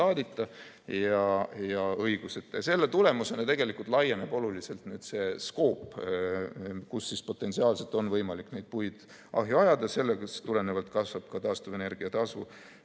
ja õiguseta. Selle tulemusena tegelikult laieneb oluliselt see skoop, kus potentsiaalselt on võimalik puid ahju ajada. Sellest tulenevalt kasvab ka taastuvenergia tasu